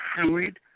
fluid